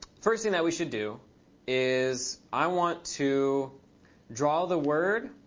first thing that we should do is i want to draw the word,